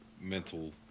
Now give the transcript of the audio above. mental